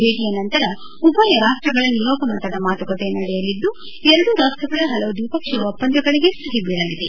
ಭೇಟಿಯ ನಂತರ ಉಭಯ ರಾಷ್ಟಗಳ ನಿಯೋಗ ಮಟ್ಟದ ಮಾತುಕತೆ ನಡೆಯಲಿದ್ದು ಎರಡೂ ರಾಷ್ಟಗಳ ಹಲವು ದ್ವಿಪಕ್ಷೀಯ ಒಪ್ಪಂದಗಳಿಗೆ ಸಹಿ ಬಿಳಲಿದೆ